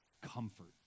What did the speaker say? comfort